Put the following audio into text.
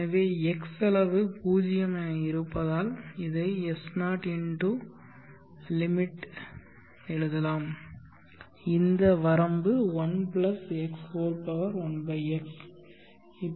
எனவே x அளவு 0 என இருப்பதால் இதை S0 × limit எழுதலாம் இந்த வரம்பு 1 x1x